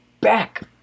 back